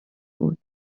بود